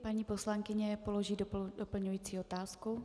Paní poslankyně položí doplňující otázku.